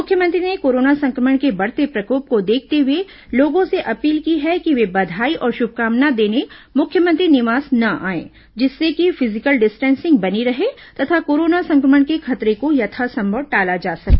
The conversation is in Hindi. मुख्यमंत्री ने कोरोना संक्रमण के बढ़ते प्रकोप को देखते हुए लोगों से अपील की है कि वे बधाई और शुभकामना देने मुख्यमंत्री निवास न आएं जिससे कि फिजिकल डिस्टेंसिंग बनी रहे तथा कोरोना संक्रमण के खतरे को यथासंभव टाला जा सके